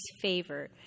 favor